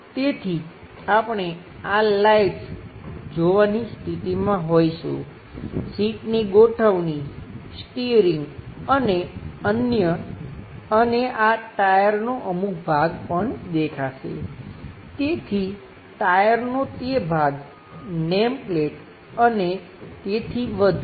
તેથી આપણે આ લાઈટ્સ જોવાની સ્થિતીમાં હોઈશું સીટની ગોઠવણી સ્ટીઅરિંગ અને અન્ય અને આ ટાયરનો અમુક ભાગ પણ દેખાશે તેથી ટાયરનો તે ભાગ નેમપ્લેટ અને તેથી વધું